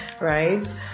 right